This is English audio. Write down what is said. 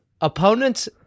opponents